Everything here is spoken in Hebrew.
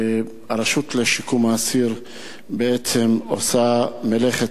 הרשות לשיקום האסיר בעצם עושה מלאכת